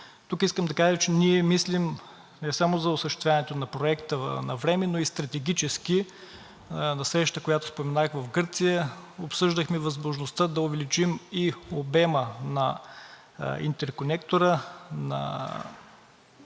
Тук искам да кажа, че ние мислим не само за осъществяването на Проекта навреме, но и стратегически. На срещата в Гърция, за която споменах, обсъждахме възможността да увеличим и обема на интерконектора почти